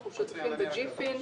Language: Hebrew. אנחנו שותפים ב-GIFIN,